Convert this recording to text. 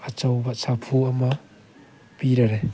ꯑꯆꯧꯕ ꯁꯥꯐꯨ ꯑꯃ ꯄꯤꯔꯔꯦ